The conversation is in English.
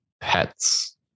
pets